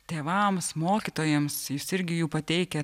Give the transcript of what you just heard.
tėvams mokytojams jūs irgi jų pateikiat